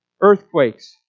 earthquakes